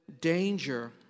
danger